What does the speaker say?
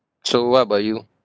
so what about you